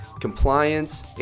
compliance